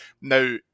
Now